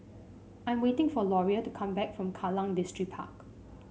I'm waiting for Loria to come back from Kallang Distripark